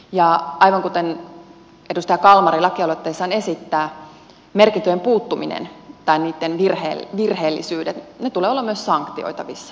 aivan kuten edustaja kalmari lakialoitteessaan esittää merkintöjen puuttumisen ja niitten virheellisyyden tulee olla myös sanktioitavissa